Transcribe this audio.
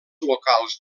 locals